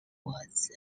was